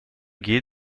guy